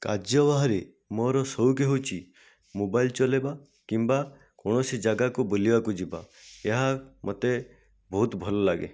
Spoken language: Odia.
କାର୍ଯ୍ୟ ବାହାରେ ମୋର ସଉକି ହେଉଛି ମୋବାଇଲ ଚଲାଇବା କିମ୍ବା କୌଣସି ଜାଗାକୁ ବୁଲିବାକୁ ଯିବା ଏହା ମୋତେ ବହୁତ ଭଲ ଲାଗେ